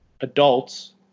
adults